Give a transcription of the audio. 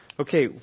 Okay